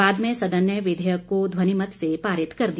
बाद में सदन ने विधेयक को ध्वनिमत से पारित कर दिया